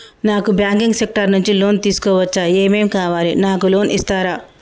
నాకు banking sector నుంచి loan తీసుకోవచ్చా? ఏమేం కావాలి? నాకు లోన్ ఇస్తారా?